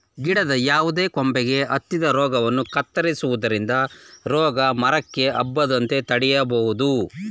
ಗಿಡದ ಯಾವುದೇ ಕೊಂಬೆಗೆ ಹತ್ತಿದ ರೋಗವನ್ನು ಕತ್ತರಿಸುವುದರಿಂದ ರೋಗ ಮರಕ್ಕೆ ಹಬ್ಬದಂತೆ ತಡೆಯಬೋದು